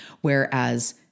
Whereas